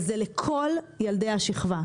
צריך לומר שהתוכנית היא לכל ילדי השכבה.